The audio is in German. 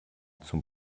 zum